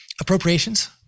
Appropriations